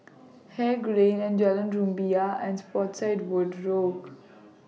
Haig Lane and Jalan Rumbia and Spottiswoode Road